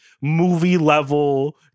movie-level